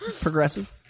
progressive